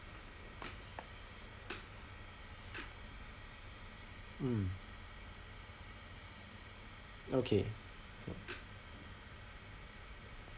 mm okay